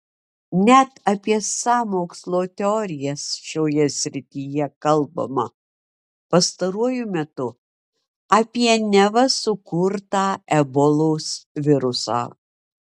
net apie sąmokslo teorijas šioje srityje kalbama pastaruoju metu apie neva sukurtą ebolos virusą